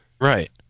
Right